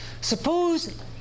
Suppose